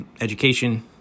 education